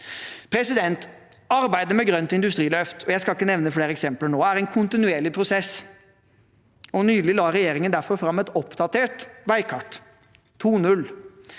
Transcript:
klimamålene. Arbeidet med grønt industriløft – og jeg skal ikke nevne flere eksempler nå – er en kontinuerlig prosess, og nylig la regjeringen derfor fram et oppdatert veikart, 2.0,